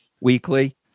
weekly